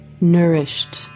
nourished